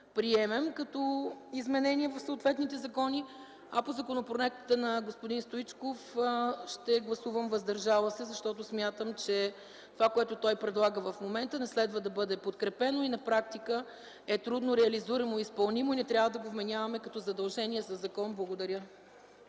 като изменение в съответните закони. По законопроекта на господин Стоичков – ще гласувам „въздържала се”. Смятам че това, което предлага в момента, не следва да бъде подкрепено. На практика е трудно реализируемо и изпълнимо и не трябва да го вменяваме като задължение със закон. Благодаря.